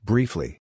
Briefly